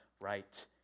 right